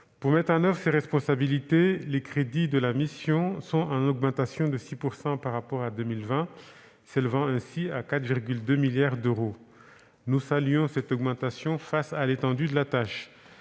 Pour mettre en oeuvre ces responsabilités, les crédits de la mission sont en augmentation de 6 % par rapport à 2020, s'élevant ainsi à 4,2 milliards d'euros. Nous saluons cette augmentation, face à l'étendue de la tâche.